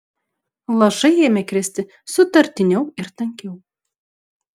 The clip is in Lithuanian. lašai ėmė kristi sutartiniau ir tankiau